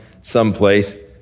someplace